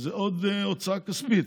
זה עוד הוצאה כספית.